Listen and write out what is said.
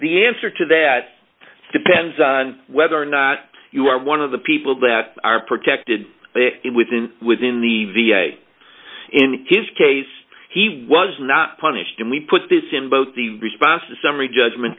the answer to that depends on whether or not you are one of the people that are protected within within the v a in his case he was not punished and we put this in both the response to summary judgment